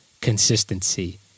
consistency